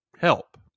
help